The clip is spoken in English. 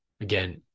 again